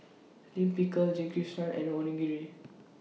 Lime Pickle Jingisukan and Onigiri